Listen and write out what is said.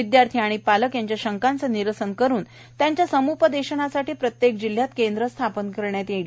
विद्यार्थी व पालक यांच्या शंकाचे निरासन करून त्याच्या साम्पदेशनासाठी प्रत्येक जिल्ह्यात केंद्र स्थापन करण्यात येईल